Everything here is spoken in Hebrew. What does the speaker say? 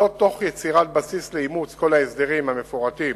תוך יצירת בסיס לאימוץ כל ההסדרים המפורטים